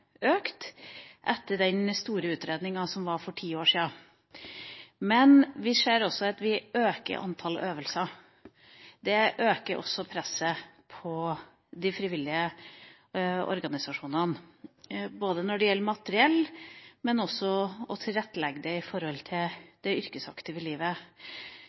økt etter den store utredningen som var for ti år siden. Men vi ser også at antallet øvelser øker. Det øker også presset på de frivillige organisasjonene, når det gjelder både materiell og å tilrettelegge for det